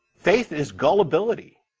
faith is gulibility.